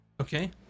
Okay